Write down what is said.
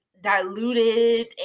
diluted